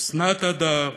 אסנת הדר,